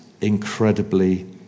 incredibly